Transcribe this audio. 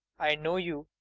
i know you